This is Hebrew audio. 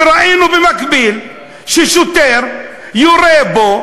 וראינו במקביל ששוטר יורה בו,